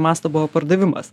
masto buvo pardavimas